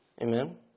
Amen